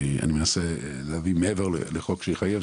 אני מנסה להבין מעבר לחוק שיחייב,